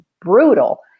brutal